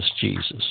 Jesus